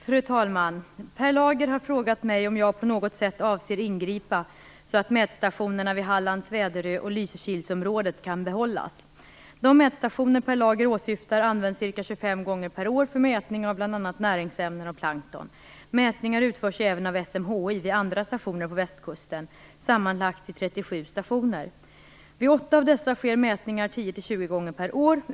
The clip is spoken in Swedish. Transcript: Fru talman! Per Lager har frågat mig om jag på något sätt avser ingripa så att mätstationerna vid Hallands Väderö och i Lysekilsområdet kan behållas. De mätstationer Per Lager åsyftar används ca 25 gånger per år för mätning av bl.a. näringsämnen och plankton. Mätningar utförs även av SMHI vid andra stationer på västkusten, sammanlagt vid 37 stationer. Vid 8 av dessa sker mätningar 10 till 20 gånger per år.